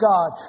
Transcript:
God